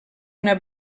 una